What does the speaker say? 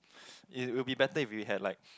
it will be better if had like